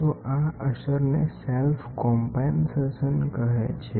તો આ અસર ને સેલ્ફ કમ્પેનસેશન કહે છે